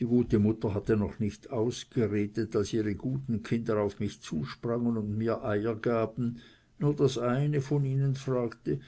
die gute mutter hatte noch nicht ausgeredet als ihre guten kinder auf mich zu sprangen und mir eier gaben nur das eine von ihnen fragte